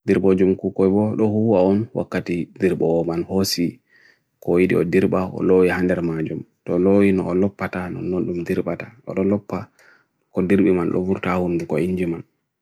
Dhirbo jum kukuebo lo huwa on wakati Dhirbo man hosi ko ideo Dhirba ho lo yi handirma jum To lo yi no ho loppa ta no no no Dhirpa ta lo loppa ko Dhirbo yi man lovur ta on buko injuman